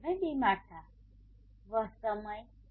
कि जब मैं बीमार था वह समय